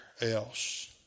else